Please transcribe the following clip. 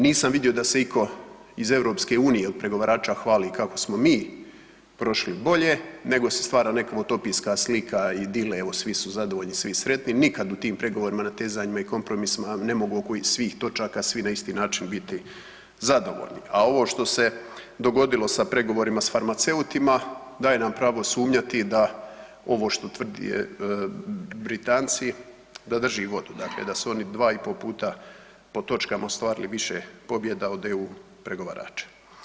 Nisam vidio da se itko iz EU-a od pregovarača hvali kako smo mi prošli bolje nego se stvara neka utopijska slika idile „evo svi su zadovoljni, svi sretni“, nikad u tim pregovorima, natezanjima i kompromisima ne mogu oko svih točaka svi na isti način biti zadovoljni a ovo što se dogodilo sa pregovorima sa farmaceutima, da je nam pravo sumnjati da ovo što tvrde Britanci, da drži vodu, dakle da su oni 2,5 puta po točka ostvarili više pobjeda od EU pregovarača.